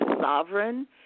sovereign